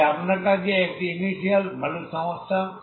তাই আপনার কাছে এটি ইনিশিয়াল ভ্যালুর সমস্যা